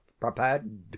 prepared